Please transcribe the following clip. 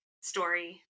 story